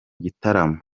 gitaramo